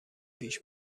پیش